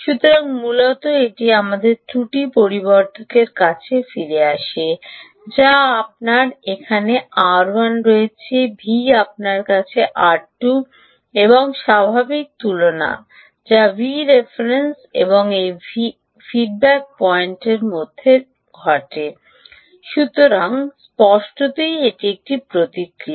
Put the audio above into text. সুতরাং মূলত এটি আমাদের ত্রুটি পরিবর্ধকে র কাছে ফিরে আসে যা আপনার এখানে R1 রয়েছে V আপনার কাছে R2 এবং স্বাভাবিক তুলনা যা Vref এবং এই ফিডব্যাক পয়েন্টের মধ্যে ঘটে স্পষ্টতই এটি একটি প্রতিক্রিয়া